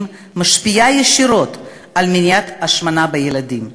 משפיעה ישירות על מניעת השמנה בילדים.